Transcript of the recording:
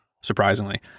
surprisingly